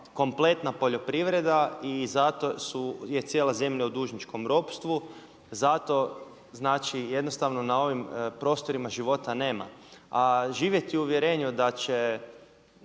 kompletna poljoprivreda i zato je cijela zemlja u dužničkom ropstvu. Zato znači jednostavno na ovim prostorima života nema. A živjeti u uvjerenju da će